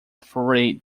three